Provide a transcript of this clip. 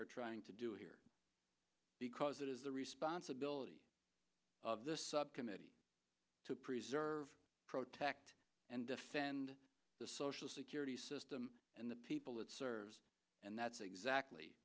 are trying to do here because it is the responsibility of this subcommittee to preserve protect and defend the social security system and the people it serves and that's exactly